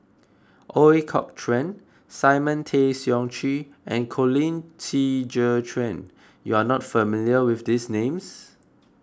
Ooi Kok Chuen Simon Tay Seong Chee and Colin Qi Zhe Quan you are not familiar with these names